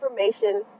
information